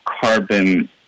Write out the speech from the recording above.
carbon